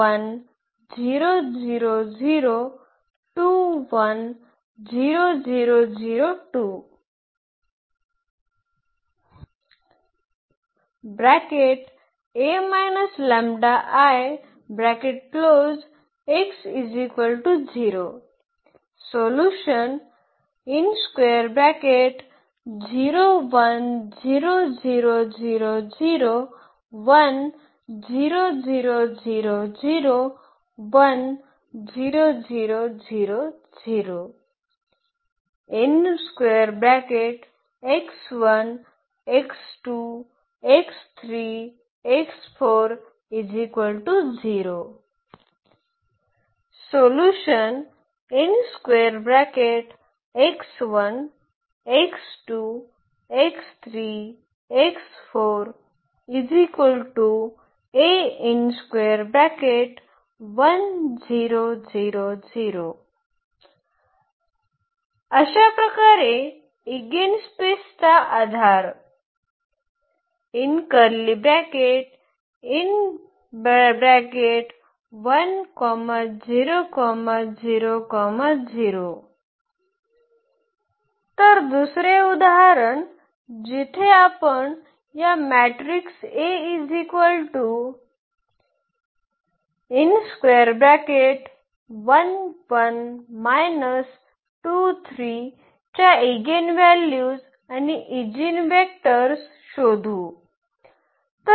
eigenvector अशा प्रकारे ईगेनस्पेसचा आधार तर दुसरे उदाहरण जिथे आपण या मॅट्रिक्स च्या ईगेनव्हल्यूज आणि ईजीनवेक्टर्स शोधू